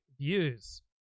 views